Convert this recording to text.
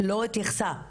שלא התייחסה לצרכים.